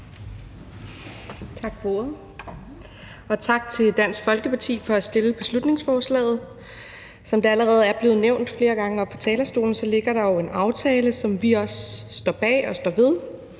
Tak for ordet. Og tak til Dansk Folkeparti for at fremsætte beslutningsforslaget. Som det allerede er blevet nævnt flere gange heroppe fra talerstolen, ligger der jo en aftale, som vi også står bag og står ved,